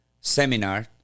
seminar